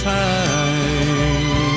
time